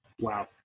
Wow